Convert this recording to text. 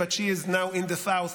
but she is now in the south,